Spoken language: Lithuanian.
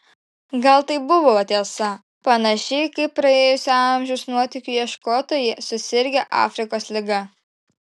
gal tai buvo tiesa panašiai kaip praėjusio amžiaus nuotykių ieškotojai susirgę afrikos liga